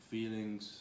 feelings